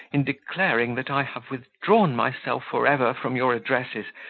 in declaring, that i have withdrawn myself for ever from your addresses,